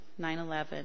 9-11